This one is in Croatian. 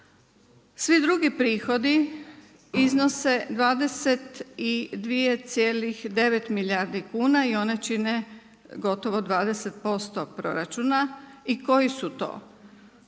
Svi dugi prihodi iznose 22,9 milijardi kuna i one čine gotovo 20% proračuna i koji su to?